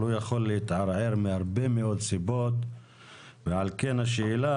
אבל הוא יכול להתערער מהרבה מאוד סיבות ועל כן השאלה,